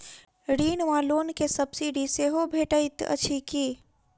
ऋण वा लोन केँ सब्सिडी सेहो भेटइत अछि की?